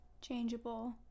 Changeable